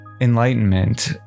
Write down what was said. enlightenment